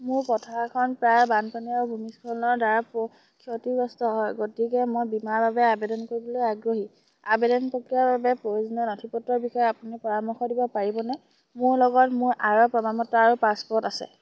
মোৰ পথাৰখন প্ৰায়ে বানপানী আৰু ভূমিস্খলনৰদ্বাৰা ক্ষতিগ্ৰস্ত হয় গতিকে মই বীমাৰ বাবে আবেদন কৰিবলৈ আগ্ৰহী আবেদন প্ৰক্ৰিয়াৰ বাবে প্ৰয়োজনীয় নথিপত্ৰৰ বিষয়ে আপুনি পৰামৰ্শ দিব পাৰিবনে মোৰ লগত মোৰ আয়ৰ প্ৰমাণপত্ৰ আৰু পাছপ'ৰ্ট আছে